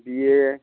B A